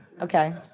Okay